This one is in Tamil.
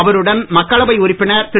அவருடன் மக்களவை உறுப்பினர் திரு